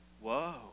Whoa